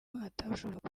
atashoboraga